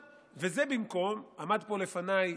עמד פה לפניי,